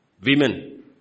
Women